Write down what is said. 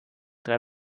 drei